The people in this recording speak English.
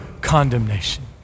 condemnation